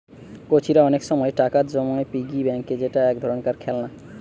কচিরা অনেক সময় টাকা জমায় পিগি ব্যাংকে যেটা এক ধরণের খেলনা